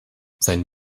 sein